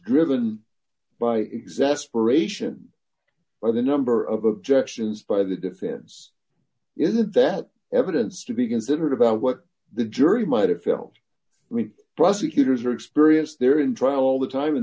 driven by exasperated by the number of objections by the defense in that that evidence to be considered about what the jury might have felt prosecutors or experience there in trial all the time and